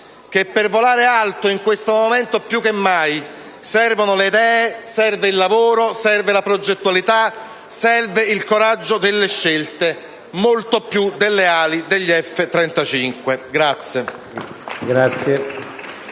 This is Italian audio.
che per volare alto, in questo momento più che mai, servono le idee, serve il lavoro, serve la progettualità, serve il coraggio delle scelte: molto più delle ali degli F-35.